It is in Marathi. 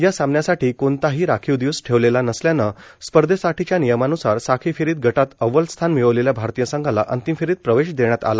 या सामन्यासाठी कोणताही राखीव दिवस ठेवलेला नसल्यानं स्पर्धेसाठीच्या नियमानुसार साखळी फेरीत गटात अव्वल स्थान मिळवलेल्या भारतीय संघाला अंतिम फेरीत प्रवेश देण्यात आला